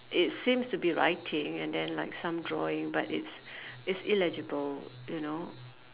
it's seems to be writing and then like some drawing but it's it's illegible you know